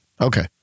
Okay